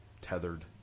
tethered